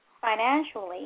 financially